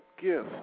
gift